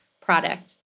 product